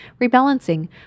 rebalancing